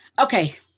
Okay